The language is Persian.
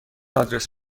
آدرس